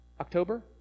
October